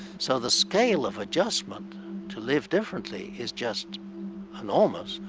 so, the scale of adjustment to live differently is just enormous.